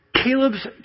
Caleb's